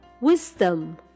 Wisdom